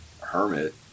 hermit